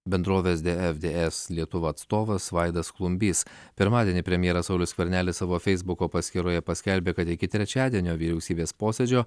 bendrovės dfds lietuva atstovas vaidas klumbys pirmadienį premjeras saulius skvernelis savo feisbuko paskyroje paskelbė kad iki trečiadienio vyriausybės posėdžio